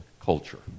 culture